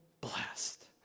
blessed